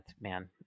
man